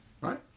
right